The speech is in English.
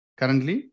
currently